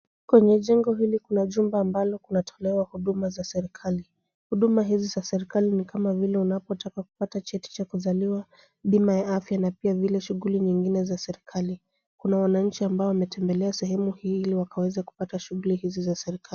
Kwenye jengo hili kuna jumba ambalo kunatolewa huduma za serikali. Huduma hizo za serikali ni kama vile unapotaka kupata cheti cha kuzaliwa, bima ya afya na pia vile shughuli nyingine za serikali. Kuna wananchi ambao wametembelea sehemu hii ili wakaweze kupata shughuli hizi za serikali.